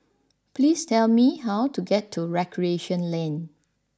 please tell me how to get to Recreation Lane